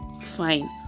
fine